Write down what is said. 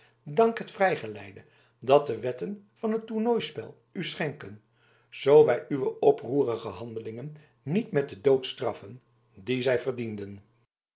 het vrijgeleide dat de wetten van het tornooispel u schenken zoo wij uwe oproerige handelingen niet met den dood straffen dien zij verdienden